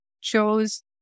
chose